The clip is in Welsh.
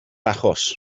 achos